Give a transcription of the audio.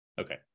Okay